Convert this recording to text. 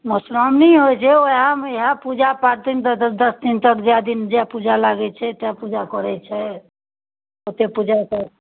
मधुश्राओणी होइत छै ओएहमे इएह पूजा पाठ दश दिन तक जाहि दिन तक जे पूजा लागैत छै तै पूजा करैत छै ओतेक पूजाके